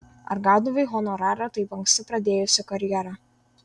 ar gaudavai honorarą taip anksti pradėjusi karjerą